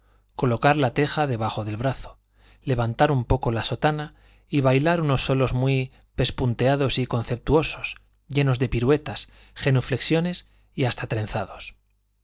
colocar la teja debajo del brazo levantar un poco la sotana y bailar unos solos muy pespunteados y conceptuosos llenos de piruetas genuflexiones y hasta trenzados